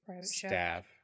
staff